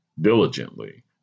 diligently